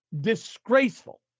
disgraceful